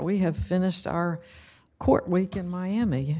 we have finished our court week in miami